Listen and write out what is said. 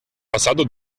pasado